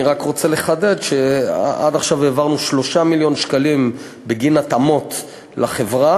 אני רק רוצה לחדד שעד עכשיו העברנו 3 מיליון שקלים בגין התאמות לחברה,